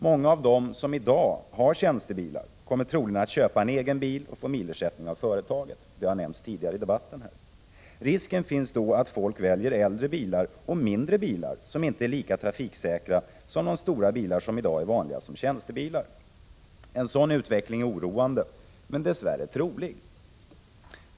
Många av dem som i dag har tjänstebil kommer troligen att köpa en egen bil och få milersättning från det företag där de arbetar. Detta har nämnts tidigare i dagens debatt. Risken är då att människor väljer äldre bilar och mindre bilar som inte är lika trafiksäkra som de stora bilar som i dag är vanliga som tjänstebilar. En sådan utveckling är oroande, men dess värre trolig.